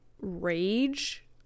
rage